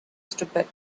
stupid